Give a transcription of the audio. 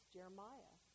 Jeremiah